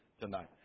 tonight